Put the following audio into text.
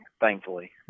thankfully